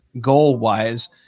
goal-wise